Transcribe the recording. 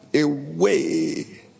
away